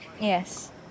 Yes